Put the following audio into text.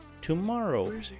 tomorrow